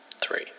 three